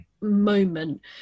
moment